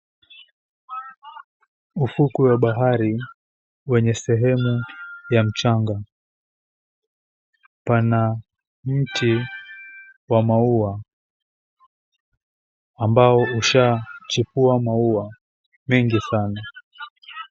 Ufukwe wa bahari wenye sehemu ya mchanga pana mti wa maua ambao ushachipua maua mengi sana.